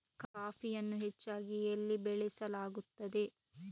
ಕಾಫಿಯನ್ನು ಹೆಚ್ಚಾಗಿ ಎಲ್ಲಿ ಬೆಳಸಲಾಗುತ್ತದೆ?